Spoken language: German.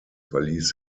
verließ